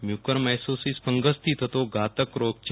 મ્યુકરમાઈકોસિસએ ફંગસથી થતો ધાતક રોગ છે